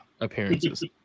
appearances